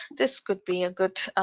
this could be a good